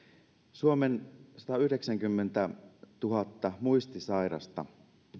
suomen satayhdeksänkymmentätuhatta muistisairasta